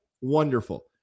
Wonderful